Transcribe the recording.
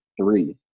three